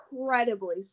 incredibly